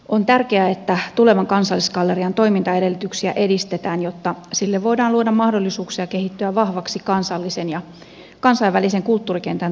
on tärkeää että tulevan kansallisgallerian toimintaedellytyksiä edistetään jotta sille voidaan luoda mahdollisuuksia kehittyä vahvaksi kansallisen ja kansainvälisen kulttuurikentän toimijaksi